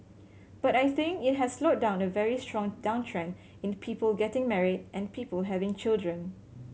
but I think it has slowed down the very strong downtrend in the people getting married and people having children